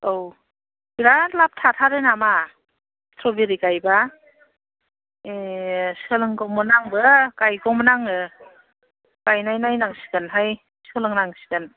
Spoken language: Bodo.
औ बिराद लाभ थाथारो नामा स्ट्र'बेरी गायबा ए सोलोंगौमोन आंबो गायगौमोन आङो गायनायनायनांसिगोन हाय सोलोंनांसिगोन